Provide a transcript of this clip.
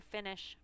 Finish